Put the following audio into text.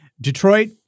Detroit